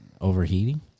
overheating